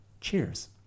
cheers